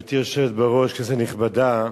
גברתי היושבת בראש, כנסת נכבדה,